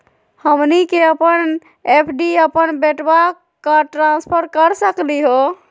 हमनी के अपन एफ.डी अपन बेटवा क ट्रांसफर कर सकली हो?